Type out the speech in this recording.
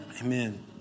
Amen